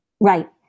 Right